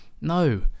no